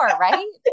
right